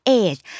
age